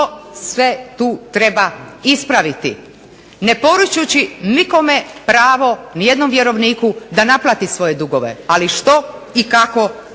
sve tu treba ispraviti. Ne poričući nikome pravo, ni jednom vjerovniku da naplati svoje dugove ali što i kako